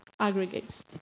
aggregates